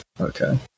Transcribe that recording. Okay